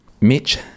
Mitch